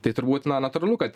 tai turbūt na natūralu kad